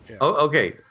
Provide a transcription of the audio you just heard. Okay